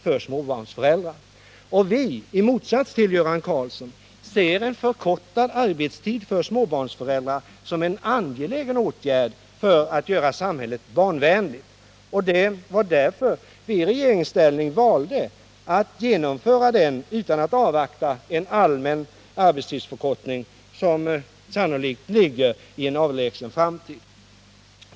Vi ser — i motsats till Göran Karlsson — en förkortad arbetstid för småbarnsföräldrar som en angelägen åtgärd för att göra samhället barnvän ligt, och det var därför vi i regeringsställning valde att genomföra den utan att avvakta en allmän arbetstidsförkortning, som sannolikt ligger i en avlägsen framtid.